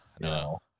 No